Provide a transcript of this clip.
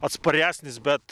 atsparesnis bet